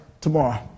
tomorrow